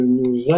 nous